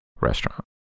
restaurant